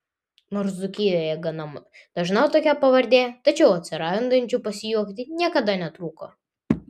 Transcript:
nors dzūkijoje gana dažna tokia pavardė tačiau atsirandančių pasijuokti niekada netrūko